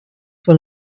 one